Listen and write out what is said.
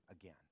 again